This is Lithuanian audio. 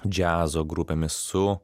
džiazo grupėmis su